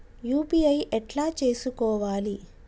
UPI ఎట్లా చేసుకోవాలి?